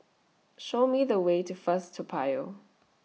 Show Me The Way to First Toa Payoh